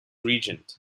regent